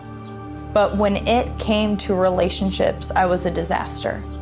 but when it came to relationships i was a disaster.